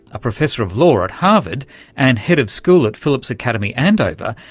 a professor of law at harvard and head of school at phillips academy, andover,